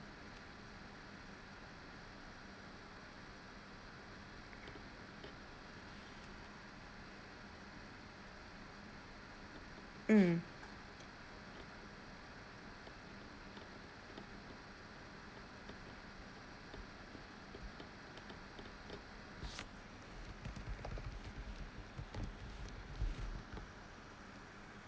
mm